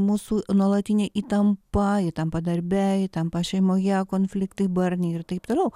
mūsų nuolatinė įtampa įtampa darbe įtampa šeimoje konfliktai barniai ir taip toliau